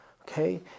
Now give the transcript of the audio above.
okay